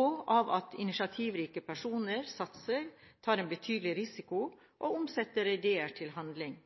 og av at initiativrike personer satser, tar en betydelig risiko og omsetter ideer til handling.